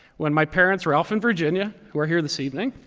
when my parents ralph and virginia, who are here this evening,